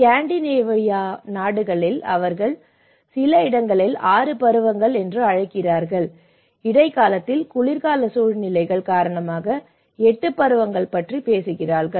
ஸ்காண்டிநேவிய நாடுகளில் அவர்கள் சில இடங்களில் 6 பருவங்கள் என்று அழைக்கிறார்கள் இடைக்காலத்தில் குளிர்கால சூழ்நிலைகள் காரணமாக 8 பருவங்களைப் பற்றி பேசுகிறார்கள்